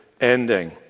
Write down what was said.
ending